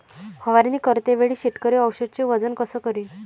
फवारणी करते वेळी शेतकरी औषधचे वजन कस करीन?